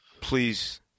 Please